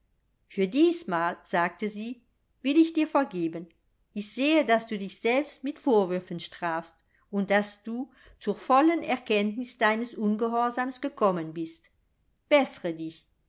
für diesmal sagte sie will ich dir vergeben ich sehe daß du dich selbst mit vorwürfen strafst und daß du zur vollen erkenntnis deines ungehorsams gekommen bist bessre dich